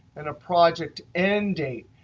and a project end date,